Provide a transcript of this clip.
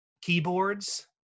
keyboards